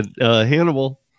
Hannibal